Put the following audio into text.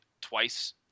twice